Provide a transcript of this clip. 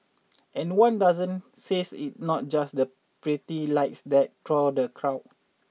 and one docent says it's not just the pretty lights that draw the crowds